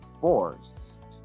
forced